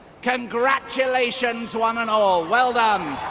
congratulations, one and all, well done.